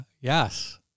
Yes